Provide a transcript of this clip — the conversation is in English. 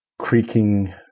creaking